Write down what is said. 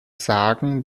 sagen